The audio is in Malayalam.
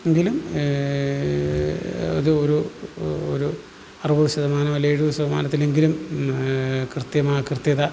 എങ്കിലും ഒരു ഒരു ഒരു അറുപതു ശതമാനം അല്ലേ എഴുപത് ശതമാനത്തിലെങ്കിലും കൃത്യമാ കൃത്യത